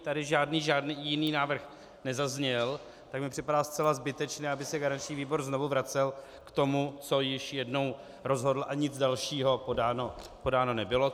Tady žádný jiný návrh nezazněl, tak mi připadá zcela zbytečné, aby se garanční výbor znovu vracel k tomu, co již jednou rozhodl, a nic dalšího podáno nebylo.